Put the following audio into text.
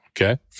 okay